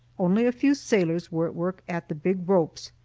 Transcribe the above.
only a few sailors were at work at the big ropes,